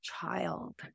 child